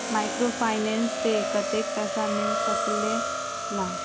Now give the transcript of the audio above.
Microfinance से कतेक पैसा मिल सकले ला?